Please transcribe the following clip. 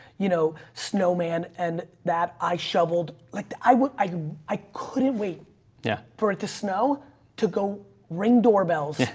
you know, snowman and that i shoveled like the, i wa i, i couldn't wait yeah for it to snow to go ring doorbells,